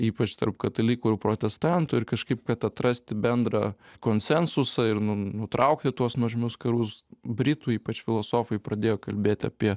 ypač tarp katalikų ir protestantų ir kažkaip kad atrasti bendrą konsensusą ir nu nutraukti tuos nuožmius karus britų ypač filosofai pradėjo kalbėti apie